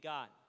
God